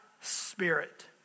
spirit